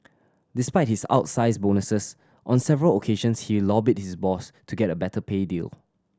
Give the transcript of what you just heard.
despite his outsize bonuses on several occasions he lobbied his boss to get a better pay deal